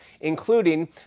including